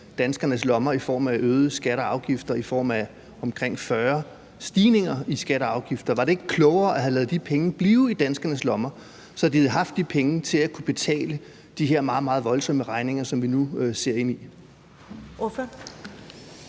danskernes lommer i form af øgede skatter og afgifter, altså i form af omkring 40 stigninger i skatter og afgifter. Var det ikke klogere at have ladet de penge blive i danskernes lommer, så de havde haft de penge til at kunne betale de her meget, meget voldsomme regninger, som vi nu ser ind i?